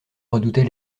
redoutait